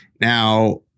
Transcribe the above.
Now